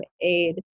aid